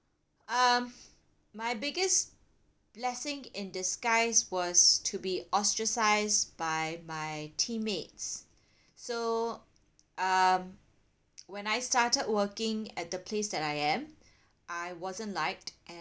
uh my biggest blessing in disguise was to be ostracized by my teammates so um when I started working at the place that I am I wasn't liked and